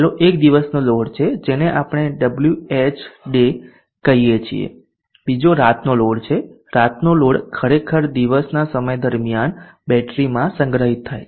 પહેલો એક દિવસનો લોડ છે જેને આપણે Whday કહીએ છીએ બીજો રાતનો લોડ છે રાતનો લોડ ખરેખર દિવસના સમય દરમિયાન બેટરીમાં સંગ્રહિત થાય છે